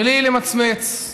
בלי למצמץ,